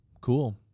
Cool